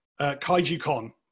Kaijucon